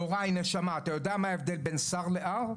יוראי נשמה אם כבר דיברת על ההר,